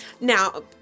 Now